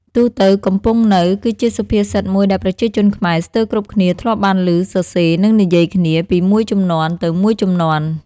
ទូកទៅ កំពង់នៅ គឺជាសុភាសិតមួយដែលប្រជាជនខ្មែរស្ទើរគ្រប់គ្នាធ្លាប់បានឮ សរសេរ និងនិយាយតគ្នា ពីមួយជំនាន់ទៅមួយជំនាន់។